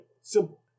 Simple